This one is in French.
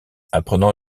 apprenant